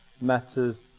matters